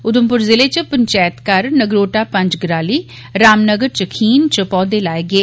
उघमपुर जिले च पंचैत घर नगरोटा पंजगराली रामनगर च खीन च पौघे लाए गे